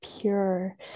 pure